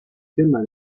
tema